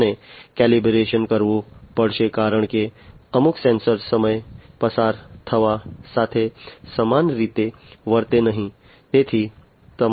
અને કેલિબ્રેશન કરવું પડશે કારણ કે અમુક સેન્સર સમય પસાર થવા સાથે સમાન રીતે વર્તે નહીં